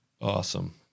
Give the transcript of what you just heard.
awesome